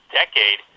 decade